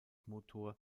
motor